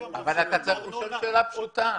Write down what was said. מדובר על 10,000 שקל